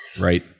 Right